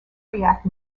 react